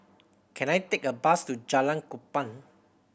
can I take a bus to Jalan Kupang